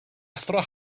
athro